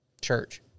Church